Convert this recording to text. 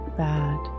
bad